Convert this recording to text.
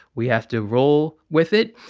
we have to roll with it.